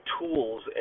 tools